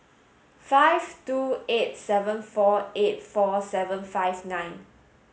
five two eight seven four eight four seven five nine